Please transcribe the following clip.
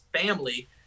family